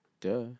Duh